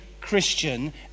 Christian